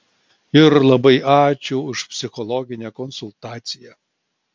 ir labai ačiū už psichologinę konsultaciją